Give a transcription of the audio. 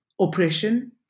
oppression